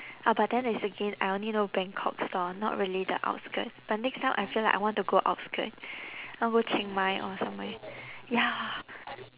ah but then it's again I only know bangkok store not really the outskirt but next time I feel like I want to go outskirt wanna go chiang mai or somewhere ya